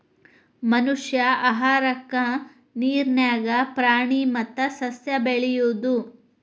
ಮನಷ್ಯಾ ಆಹಾರಕ್ಕಾ ನೇರ ನ್ಯಾಗ ಪ್ರಾಣಿ ಮತ್ತ ಸಸ್ಯಾ ಬೆಳಿಯುದು